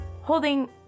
holding